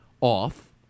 off